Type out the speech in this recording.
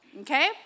Okay